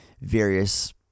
various